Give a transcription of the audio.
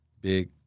big